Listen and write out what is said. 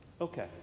Okay